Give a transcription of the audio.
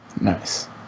Nice